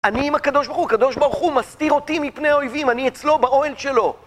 אני עם הקדוש ברוך הוא, הקדוש ברוך הוא מסתיר אותי מפני האויבים, אני אצלו באוהל שלו.